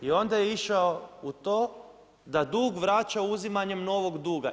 I onda je išao u to da dug vraća uzimanjem novog duga.